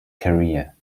career